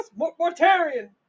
Mortarian